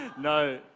No